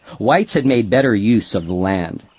whites had made better use of the land.